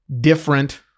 different